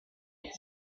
had